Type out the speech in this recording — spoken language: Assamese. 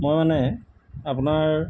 মই মানে আপোনাৰ